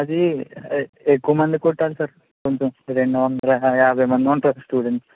అదీ ఎ ఎక్కువ మందికి కుట్టాల్సి రెండు వందల యాభై మంది ఉంటారు స్టూడెంట్సు